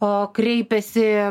o kreipiasi